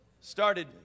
started